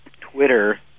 Twitter